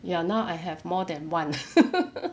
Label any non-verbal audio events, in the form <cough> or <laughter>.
ya now I have more than one <laughs>